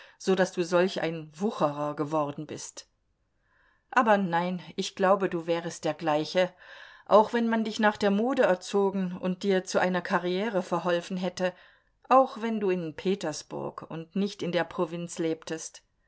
daß du solch ein wucherer geworden bist aber nein ich glaube du wärest der gleiche auch wenn man dich nach der mode erzogen und dir zu einer karriere verholfen hätte auch wenn du in petersburg und nicht in der provinz lebtest